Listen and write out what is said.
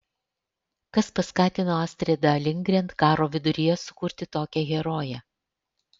kas paskatino astridą lindgren karo viduryje sukurti tokią heroję